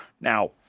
Now